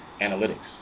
Analytics